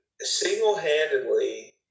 single-handedly